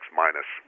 minus